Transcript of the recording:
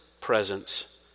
presence